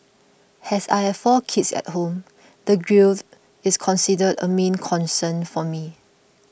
has I have four kids at home the grille is considered a main concern for me